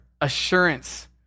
assurance